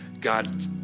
god